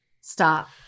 Stop